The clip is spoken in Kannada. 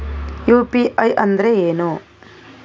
ಯು.ಪಿ.ಐ ಅಂದ್ರೆ ಏನು?